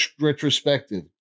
retrospective